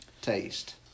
taste